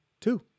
two